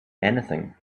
anything